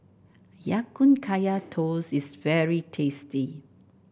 Ya Kun Kaya Toast is very tasty